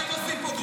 זה פוגרום שלכם.